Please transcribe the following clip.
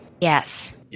Yes